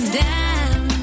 down